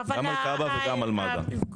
גם על כב"א וגם על מד"א.